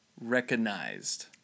recognized